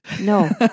No